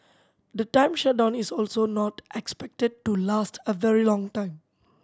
the shutdown is also not expected to last a very long time